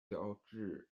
乔治亚州